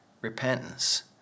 repentance